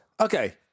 Okay